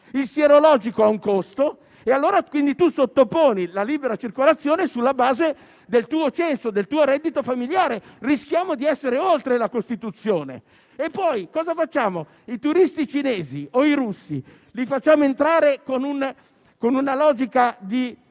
sono un costo. Quindi tu sottoponi la libera circolazione al tuo censo e al tuo reddito familiare. Rischiamo di essere oltre la Costituzione. E poi cosa facciamo? I turisti cinesi o i russi li facciamo entrare con una logica di